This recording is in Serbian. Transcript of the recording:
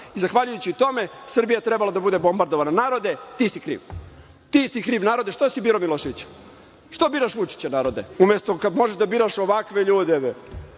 i zahvaljujući tome Srbija je trebala da bude bombardovana, narode, ti si kriv, ti si kriv narode što si birao Miloševića. Što biraš Vučića narode, umesto kad možeš da biraš ovakve ljude?